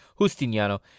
Justiniano